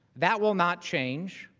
that will not change,